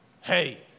Hey